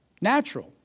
Natural